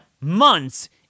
months